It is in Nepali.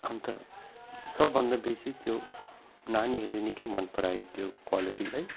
अन्त सबभन्दा बेसी त्यो नानीहरूले निकै मन परायो त्यो क्वालिटी चाहिँ